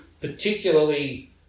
particularly